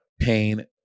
pain